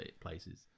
places